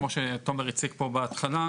כמו שתומר הציג פה בהתחלה,